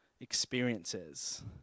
experiences